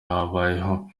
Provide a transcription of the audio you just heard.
habayeho